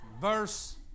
verse